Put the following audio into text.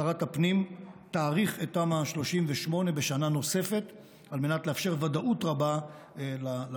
שרת הפנים תאריך את תמ"א 38 בשנה נוספת על מנת לאפשר ודאות רבה ליזמים,